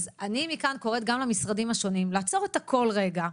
אז אני מכאן קוראת גם למשרדים השונים לעצור את הכל רגע,